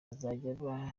bazajya